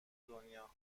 دنیا